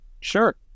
Sure